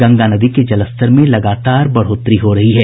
गंगा नदी के जलस्तर में लगातार बढ़ोतरी हो रही है